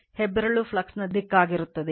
ಹೆಬ್ಬೆರಳು ಫ್ಲಕ್ಸ್ನ ದಿಕ್ಕಾಗಿರುತ್ತದೆ